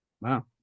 Wow